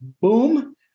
boom